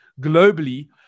globally